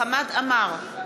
אינו נוכח חמד עמאר,